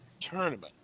Tournament